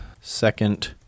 second